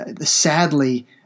sadly